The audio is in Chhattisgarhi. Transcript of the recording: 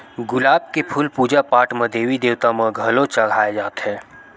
गुलाब के फूल पूजा पाठ म देवी देवता म घलो चघाए जाथे